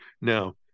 Now